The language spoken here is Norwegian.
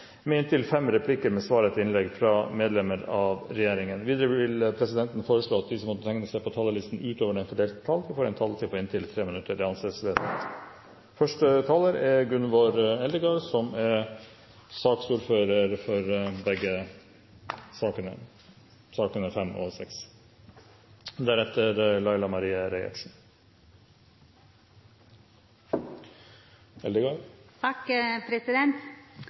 med inntil fem replikker med svar etter innlegg fra medlem av regjeringen innenfor den fordelte taletid. Videre vil presidenten foreslå at de som måtte tegne seg på talerlisten utover den fordelte taletid, får en taletid på inntil 3 minutter. – Det anses vedtatt. Representantforslaget fra Kristelig Folkeparti som vi skal behandle nå, tar opp svært viktige og aktuelle problemstillinger for